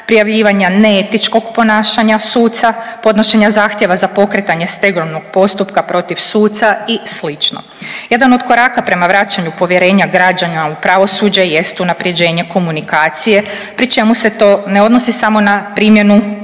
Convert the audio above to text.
prijavljivanja neetičkog ponašanja suca, podnošenja zahtjeva za pokretanje stegovnog postupka protiv suca i slično. Jedan od koraka prema vraćanju povjerenja građana u pravosuđe jest unaprjeđenje komunikacije pri čemu se to ne odnosi samo na primjenu